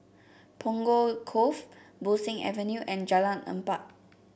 Punggol Cove Bo Seng Avenue and Jalan Empat